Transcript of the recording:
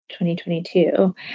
2022